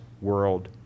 world